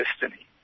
destiny